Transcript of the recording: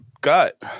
gut